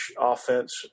offense